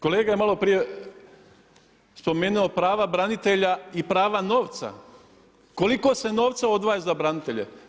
Kolega je malo prije spomenuo prava branitelja i prava novca, koliko se novca odvaja za branitelje.